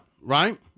right